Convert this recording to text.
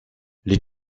les